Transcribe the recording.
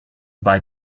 buy